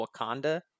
Wakanda